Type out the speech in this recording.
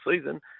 season